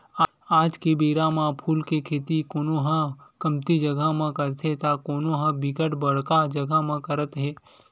आज के बेरा म फूल के खेती कोनो ह कमती जगा म करथे त कोनो ह बिकट बड़का जगा म करत हे